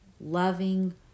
loving